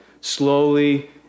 slowly